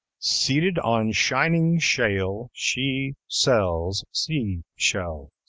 seated on shining shale she sells sea shells.